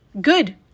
Good